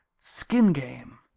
skin game!